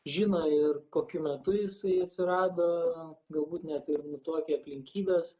žino ir kokiu metu jisai atsirado galbūt net ir nutuokia aplinkybes